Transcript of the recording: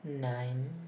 nine